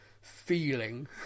feeling